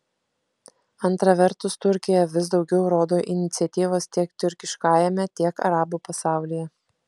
antra vertus turkija vis daugiau rodo iniciatyvos tiek tiurkiškajame tiek arabų pasaulyje